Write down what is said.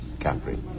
Capri